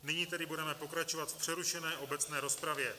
Nyní tedy budeme pokračovat v přerušené obecné rozpravě.